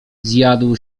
zjadł